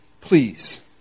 Please